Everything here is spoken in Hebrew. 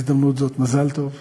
בהזדמנות זו, מזל טוב.